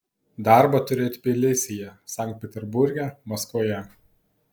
darbą turi tbilisyje sankt peterburge maskvoje